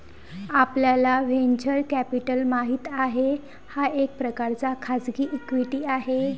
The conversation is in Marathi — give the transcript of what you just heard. आपल्याला व्हेंचर कॅपिटल माहित आहे, हा एक प्रकारचा खाजगी इक्विटी आहे